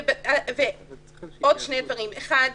בסוף